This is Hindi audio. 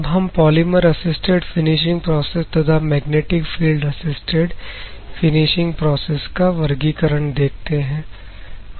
अब हम पॉलीमर असिस्टेड फिनिशिंग प्रोसेस तथा magnetic field assisted finishing process का वर्गीकरण देखते हैं